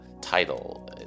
title